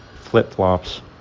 flip-flops